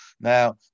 Now